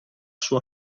sua